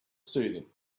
soothing